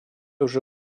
уже